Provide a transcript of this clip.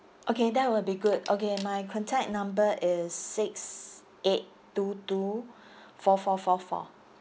okay that will be good okay my contact number is six eight two two four four four four